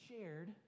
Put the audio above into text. shared